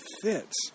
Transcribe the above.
fits